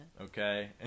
okay